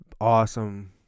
Awesome